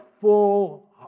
full